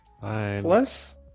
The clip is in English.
plus